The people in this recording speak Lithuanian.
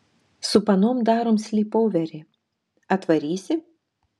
su panom darom slypoverį atvarysi